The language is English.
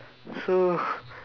so